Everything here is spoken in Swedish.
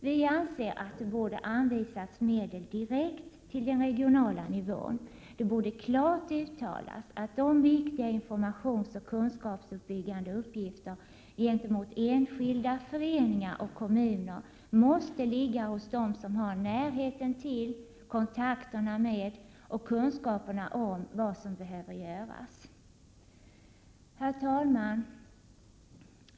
Vi anser att det borde anvisats medel direkt till den regionala nivån. Det borde klart uttalas att de viktiga informationsoch kunskapsuppbyggande uppgifterna, gentemot enskilda, föreningar och kommuner, måste ligga hos dem som har närheten till, kontakterna med och kunskaperna om vad som behöver göras. Herr talman!